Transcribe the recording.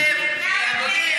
תן לי מספר.